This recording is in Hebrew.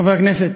חברי הכנסת,